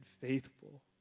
faithful